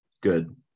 Good